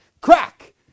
crack